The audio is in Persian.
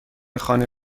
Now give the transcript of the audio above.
خانه